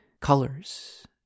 colors